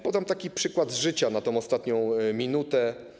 Podam taki przykład z życia na tę ostatnią minutę.